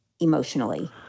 emotionally